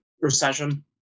recession